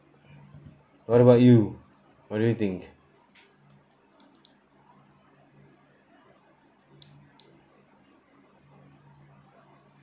what about you what do you think